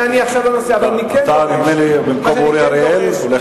נדמה לי שאתה הולך לדבר במקום אורי אריאל.